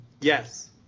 Yes